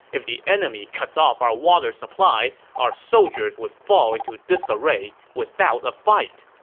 if the enemy cuts off our water supply, our soldiers would fall into disarray without a fight.